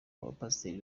bapasiteri